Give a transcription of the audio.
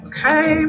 Okay